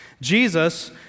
Jesus